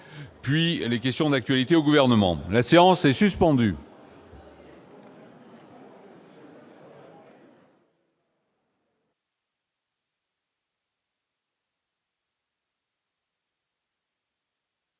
puis les questions d'actualité au gouvernement, la séance est suspendue.